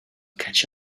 catch